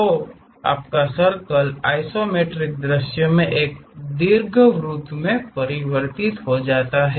तो आपका circle isometric दृश्य में एक दीर्घवृत्त में परिवर्तित हो जाता है